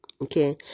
Okay